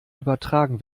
übertragen